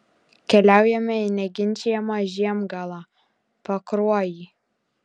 keliaujame į neginčijamą žiemgalą pakruojį